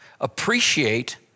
Appreciate